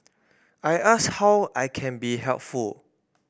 I ask how I can be helpful